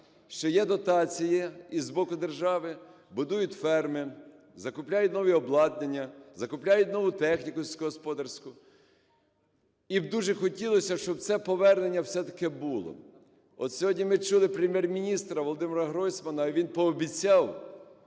що є дотації з боку держави, будують ферми, закупляють нові обладнання, закупляють нову техніку сільськогосподарську. І дуже б хотілось, щоб це повернення все-таки було. От сьогодні ми чули Прем’єр-міністра ВолодимираГройсмана, він пообіцяв,